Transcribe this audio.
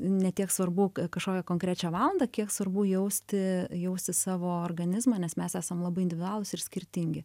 ne tiek svarbu k kažkokią konkrečią valandą kiek svarbu jausti jausti savo organizmą nes mes esam labai individualūs ir skirtingi